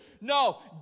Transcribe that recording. No